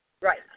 Right